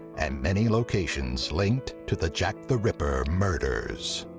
and many locations linked to the jack the ripper murders.